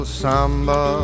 samba